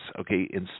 okay